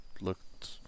looked